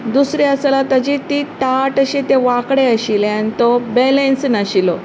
दुसरें आसा जाल्यार ताजी ती ताट अशें तें वाकडें आशिल्लें आनी तो बेलेन्स नाशिल्लो